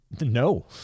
No